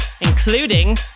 Including